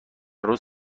روز